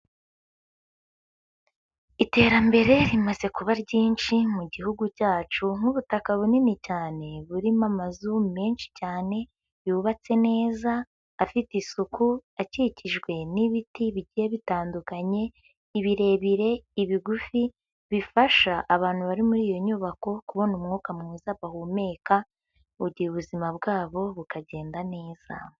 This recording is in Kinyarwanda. Iterambere rimaze kuba ryinshi mu gihugu cyacu nk'ubutaka bunini cyane burimo amazu menshi cyane yubatse neza, afite isuku, akikijwe n'ibiti bigiye bitandukanye, ibirebire, ibigufi bifasha abantu bari muri iyo nyubako kubona umwuka mwiza bahumeka mu gihe ubuzima bwabo bukagenda neza.